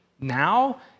now